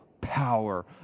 power